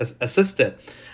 assistant